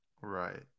Right